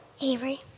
Avery